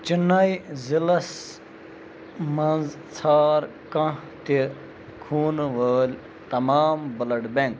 چِنٔے ضلعس مَنٛز ژھار کانٛہہ تہِ خونہٕ وٲلۍ تمام بٕلڈ بیٚنٛک